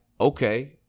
okay